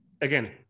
again